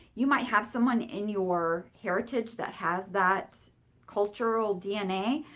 you might have someone in your heritage that has that cultural dna,